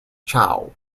chau